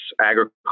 agriculture